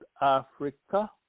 Africa